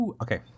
Okay